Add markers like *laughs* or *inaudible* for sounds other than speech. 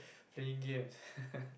playing games *laughs*